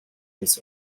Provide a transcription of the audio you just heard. this